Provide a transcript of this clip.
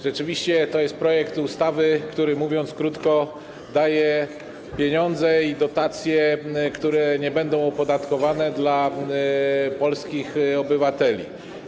Rzeczywiście to jest projekt ustawy, który, mówiąc krótko, daje pieniądze i dotacje, które nie będą opodatkowane, polskim obywatelom.